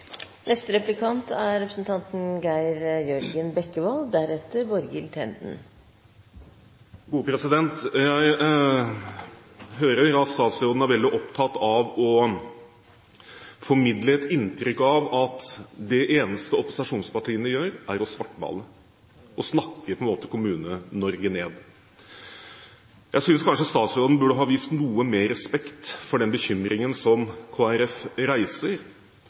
Jeg hører at statsråden er veldig opptatt av å formidle et inntrykk av at det eneste opposisjonspartiene gjør, er å svartmale, å snakke Kommune-Norge ned. Jeg synes kanskje statsråden burde ha vist noe mer respekt for den bekymringen som